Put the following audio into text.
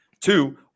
Two